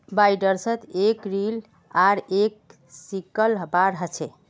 बाइंडर्सत एक रील आर एक सिकल बार ह छे